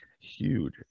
huge